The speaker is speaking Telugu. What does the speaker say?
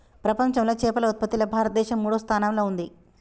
ప్రపంచంలా చేపల ఉత్పత్తిలా భారతదేశం మూడో స్థానంలా ఉంది